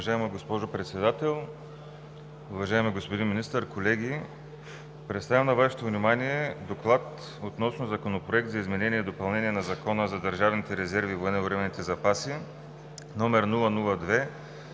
Уважаема госпожо Председател, уважаеми господин Министър, колеги! Представям на Вашето внимание: „ДОКЛАД относно Законопроект за изменение и допълнение на Закона за държавните резерви и военновременните запази, №